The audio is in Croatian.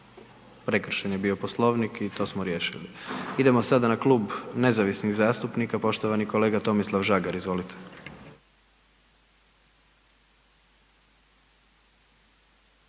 prekršen je bio Poslovnik i to smo riješili. Idemo sada na Klub nezavisnih zastupnika, poštovani kolega Tomislav Žagar. Izvolite.